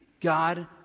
God